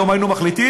היום היינו מחליטים,